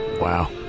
Wow